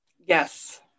Yes